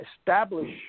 establish